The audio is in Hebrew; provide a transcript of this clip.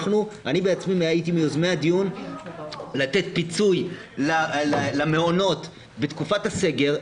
אני בעצמי הייתי מיוזמי הדיון לתת פיצוי למעונות בתקופת הסגר.